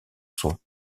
sont